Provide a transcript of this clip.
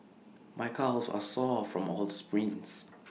my calves are sore from all the sprints